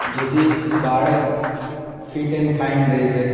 જેથી બાળક fit and fine રહે છે